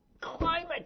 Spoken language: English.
climate